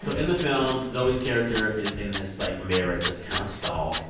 so in the film, zoe's character is in this, like, marriage that's kind of stalled,